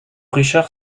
richard